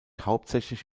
hauptsächlich